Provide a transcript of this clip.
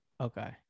Okay